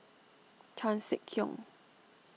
Chan Sek Keong